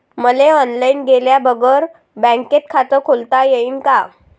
मले ऑनलाईन गेल्या बगर बँकेत खात खोलता येईन का?